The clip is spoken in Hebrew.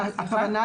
בהחלט.